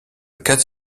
cas